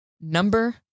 number